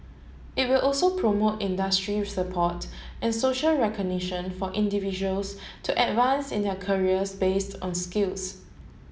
it will also promote industry support and social recognition for individuals to advance in their careers based on skills